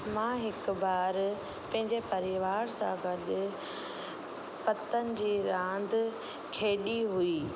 मां हिक बार पंहिंजे परिवार सां गॾु पतनि जी रांदि खेॾी हुई